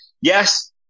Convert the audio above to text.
Yes